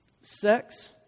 Sex